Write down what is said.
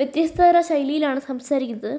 വ്യത്യസ്തതരം ശൈലിയിലാണ് സംസാരിക്കുന്നത്